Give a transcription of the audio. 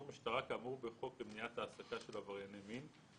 משטרה כאמור בחוק למניעת העסקה של עברייני מין.